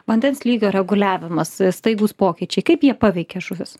vandens lygio reguliavimas staigūs pokyčiai kaip jie paveikia žuvis